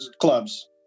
clubs